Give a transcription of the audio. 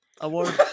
award